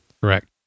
Correct